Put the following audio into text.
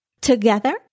together